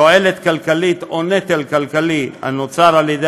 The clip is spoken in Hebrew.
תועלת כלכלית או נטל כלכלי הנוצר על ידי